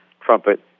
trumpet